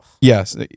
Yes